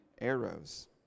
arrows